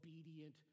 obedient